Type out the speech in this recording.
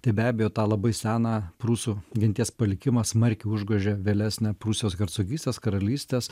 tai be abejo tą labai seną prūsų genties palikimą smarkiai užgožė vėlesnė prūsijos hercogystės karalystės